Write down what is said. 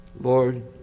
Lord